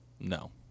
No